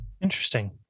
Interesting